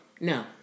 No